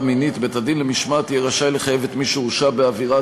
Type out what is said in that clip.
מינית בית-הדין למשמעת יהיה רשאי לחייב את מי שהורשע בעבירה